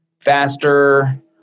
faster